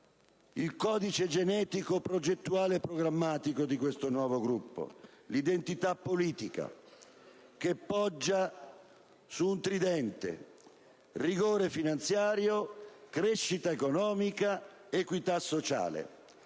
il codice genetico progettuale e programmatico del nuovo Gruppo, l'identità politica, che poggia su un tridente: rigore finanziario, crescita economica ed equità sociale.